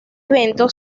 evento